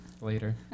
Later